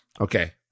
Okay